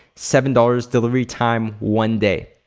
seven dollars, delivery time one day.